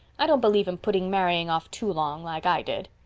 i don't believe in putting marrying off too long like i did.